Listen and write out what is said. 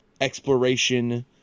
exploration